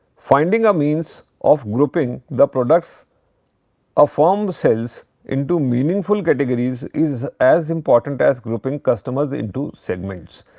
finding a means of grouping the products a firm sells into meaningful categories is as important as grouping customers into segments.